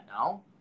no